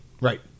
right